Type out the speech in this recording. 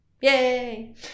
Yay